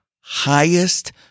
highest